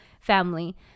family